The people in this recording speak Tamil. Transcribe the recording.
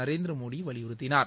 நரேந்திர மோடி வலிபுறுத்தினார்